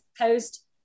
post